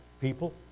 people